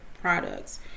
products